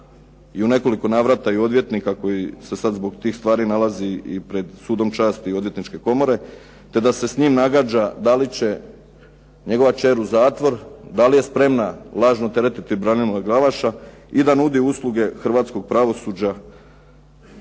i u nekoliko navrata i odvjetnika koji se sad zbog tih stvari nalazi i pred Sudom časti Odvjetničke komore, te da se s njim nagađa da li će njegova kćer u zatvor, da li je spremna lažno teretiti Branimira Glavaša i da nudi usluge hrvatskog pravosuđa